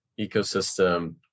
ecosystem